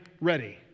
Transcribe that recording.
ready